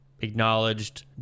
acknowledged